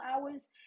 hours